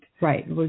Right